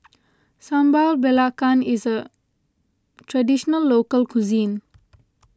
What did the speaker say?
Sambal Belacan is a Traditional Local Cuisine